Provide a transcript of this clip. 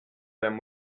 them